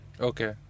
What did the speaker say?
Okay